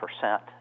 percent